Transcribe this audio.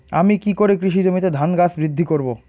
আমি কী করে কৃষি জমিতে ধান গাছ বৃদ্ধি করব?